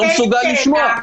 ולא מסוגל לשמוע.